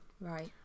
Right